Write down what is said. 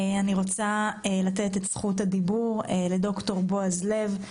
אני רוצה לתת את זכות הדיבור לד"ר בועז לב,